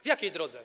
W jakiej drodze?